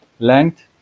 Length